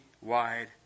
wide